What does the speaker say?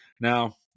Now